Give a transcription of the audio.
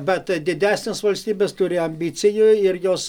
bet didesnės valstybės turi ambicijų ir jos